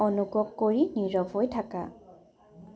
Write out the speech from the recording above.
অনুগ্ৰহ কৰি নীৰৱ হৈ থাকা